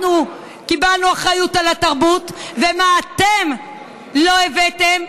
קיבלנו אחריות על התרבות ומה אתם לא הבאתם,